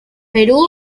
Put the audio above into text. perú